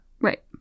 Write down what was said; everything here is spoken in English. Right